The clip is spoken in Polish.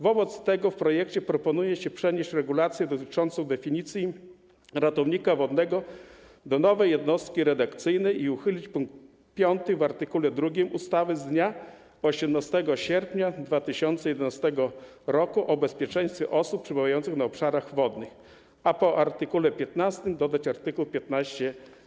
Wobec tego w projekcie proponuje się przenieść regulację dotyczącą definicji ratownika wodnego do nowej jednostki redakcyjnej i uchylić pkt 5 w art. 2 ustawy z dnia 18 sierpnia 2011 r. o bezpieczeństwie osób przebywających na obszarach wodnych, a po art. 15 dodać art. 15a.